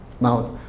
Now